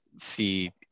see